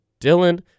Dylan